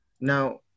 now